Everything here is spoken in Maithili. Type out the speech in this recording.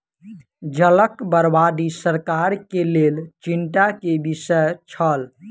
जलक बर्बादी सरकार के लेल चिंता के विषय छल